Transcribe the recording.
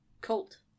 Colt